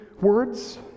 words